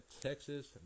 Texas